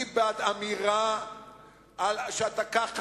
אני בעד אמירה שאתה כך,